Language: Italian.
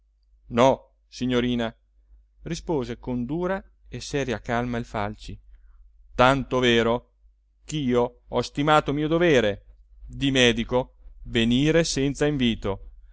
no signorina rispose con dura e seria calma i falci tanto vero ch'io ho stimato mio dovere di me dico venire senza invito